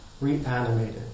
reanimated